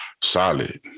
Solid